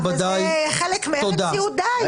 וזה חלק מארץ יהודה.